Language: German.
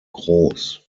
groß